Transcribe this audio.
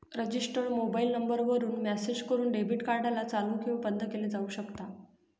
register mobile number वरून message करून debit card ला चालू किंवा बंद केलं जाऊ शकता